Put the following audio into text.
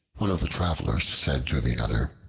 one of the travelers said to the other,